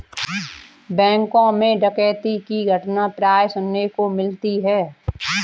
बैंकों मैं डकैती की घटना प्राय सुनने को मिलती है